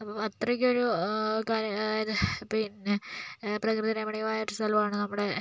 അപ്പോൾ അത്രയ്ക്കൊരു കാര്യ അതായത് പിന്നെ പ്രകൃതി രമണീയമായൊരു സ്ഥലവാണ് നമ്മുടെ